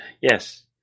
Yes